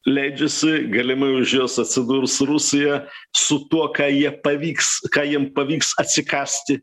leidžiasi galimai už jos atsidurs rusija su tuo ką jie pavyks ką jiem pavyks atsikąsti